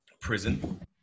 Prison